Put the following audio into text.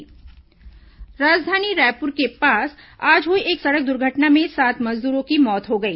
हादसा मौत राजधानी रायपुर के पास आज हुई एक सड़क दुर्घटना में सात मजदूरों की मौत हो गई